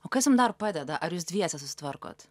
o kas jums dar padeda ar jūs dviese susitvarkot